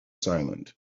silent